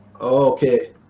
Okay